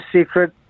secret